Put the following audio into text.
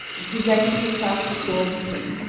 and presented herself before the king.